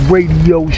Radio